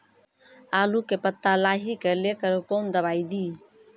आलू के पत्ता लाही के लेकर कौन दवाई दी?